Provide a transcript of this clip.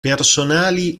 personali